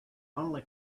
only